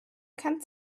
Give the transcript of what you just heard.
kann